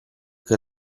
che